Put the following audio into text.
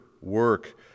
work